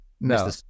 no